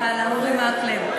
ואללה, אורי מקלב.